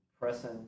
pressing